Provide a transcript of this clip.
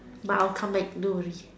but I'll come back don't worry